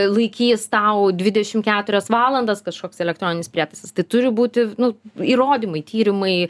laikys tau dvidešim keturias valandas kažkoks elektroninis prietaisas tai turi būti nu įrodymai tyrimai